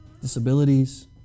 disabilities